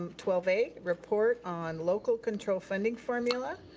um twelve a report on local control funding formula,